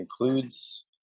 includes